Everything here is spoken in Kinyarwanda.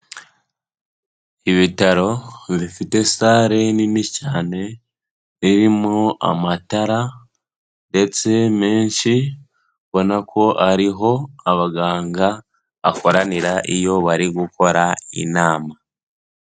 Ibitaro bifite sale nini cyane irimo amatara ndetse menshi, ubona ko ariho abaganga bakoranira iyo bari gukora inama.